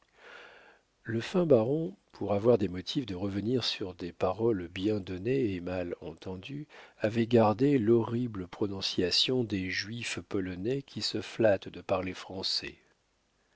le fin baron pour avoir des motifs de revenir sur des paroles bien données et mal entendues avait gardé l'horrible prononciation des juifs polonais qui se flattent de parler français